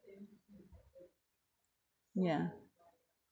ya